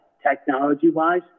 Technology-wise